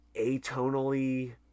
atonally